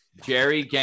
Jerry